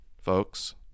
folks